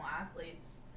athletes